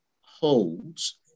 holds